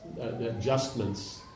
adjustments